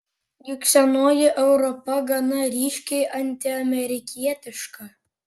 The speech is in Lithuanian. juk senoji europa gana ryškiai antiamerikietiška